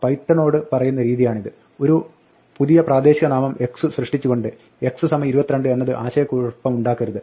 പൈത്തണോട് പറയുന്ന രീതിയാണിത് ഒരു പുതിയ പ്രാദേശിക നാമം x സൃഷ്ടിച്ചുകൊണ്ട് x 22 എന്നത് ആശയക്കുഴപ്പമുണ്ടാക്കരുത്